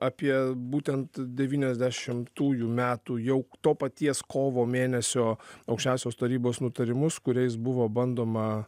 apie būtent devyniasdešimtųjų metų jau to paties kovo mėnesio aukščiausios tarybos nutarimus kuriais buvo bandoma